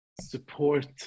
support